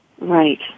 Right